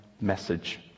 message